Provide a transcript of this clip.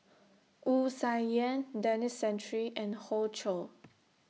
Wu Tsai Yen Denis Santry and Hoey Choo